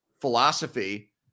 philosophy